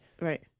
Right